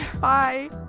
bye